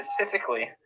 specifically